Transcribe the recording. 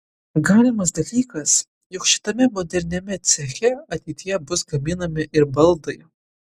galimas dalykas jog šitame moderniame ceche ateityje bus gaminami ir baldai